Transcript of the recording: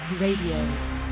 RADIO